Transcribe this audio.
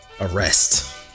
arrest